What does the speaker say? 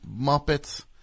Muppets